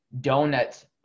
donuts